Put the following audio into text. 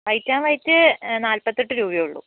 white and white നാല്പത്തെട്ട് രൂപയേ ഉള്ളൂ